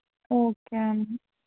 okay అండి